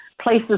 places